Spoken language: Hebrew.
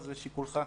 אז לשיקולך,